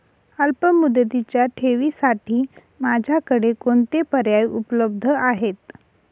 अल्पमुदतीच्या ठेवींसाठी माझ्याकडे कोणते पर्याय उपलब्ध आहेत?